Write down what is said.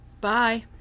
Bye